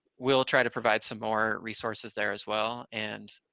we'll try to provide some more resources there as well, and